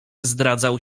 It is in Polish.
zdradzał